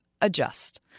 adjust